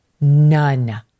None